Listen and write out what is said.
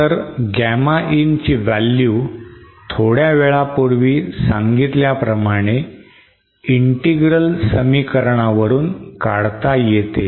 तर Gamma in ची value थोड्या वेळापूर्वी सांगितल्याप्रमाणे इंटिग्रल समीकरणावरून काढता येते